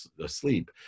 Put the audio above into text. asleep